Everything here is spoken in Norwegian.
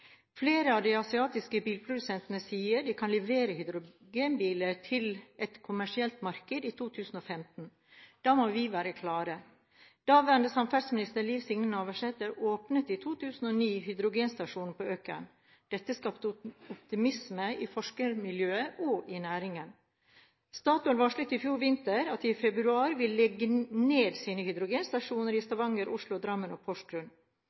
Flere av de asiatiske bilprodusentene sier de kan levere hydrogenbiler til et kommersielt marked i 2015. Da må vi være klare. Daværende samferdselsminister Liv Signe Navarsete åpnet i 2009 hydrogenstasjonen på Økern. Dette skapte optimisme i forskermiljøet og i næringen. Statoil varslet i fjor vinter at de i februar ville legge ned sine hydrogenstasjoner i Stavanger, Oslo, Drammen og